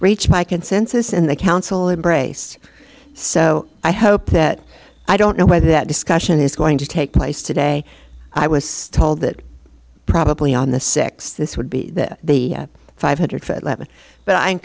reached by consensus and the council embrace so i hope that i don't know whether that discussion is going to take place today i was told that probably on the six this would be the five hundred foot level but i